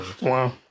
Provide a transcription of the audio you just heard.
Wow